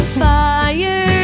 fire